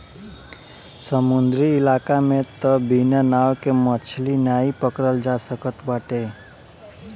समुंदरी इलाका में तअ बिना नाव के मछरी नाइ पकड़ल जा सकत बाटे